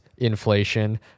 inflation